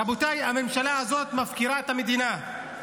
רבותיי, הממשלה הזאת מפקירה את המדינה.